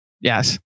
Yes